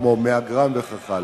כמו 100 גרם וכך הלאה,